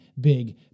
big